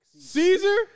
Caesar